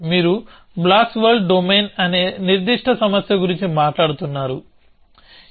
మీరు blocks world domain అనే నిర్దిష్ట సమస్య గురించి మాట్లాడుతున్నారు